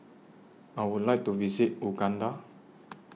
I Would like to visit Uganda